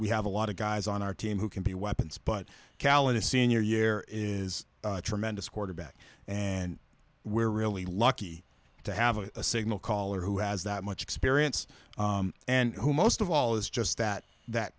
we have a lot of guys on our team who can be weapons but callin a senior year is a tremendous quarterback and we're really lucky to have a signal caller who has that much experience and who most of all is just that that